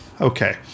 Okay